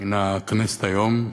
מן הכנסת היום.